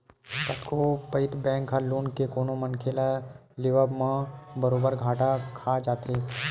कतको पइत बेंक ह लोन के कोनो मनखे ल देवब म बरोबर घाटा खा जाथे